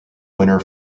winner